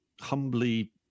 humbly